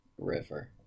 river